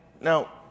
now